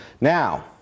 Now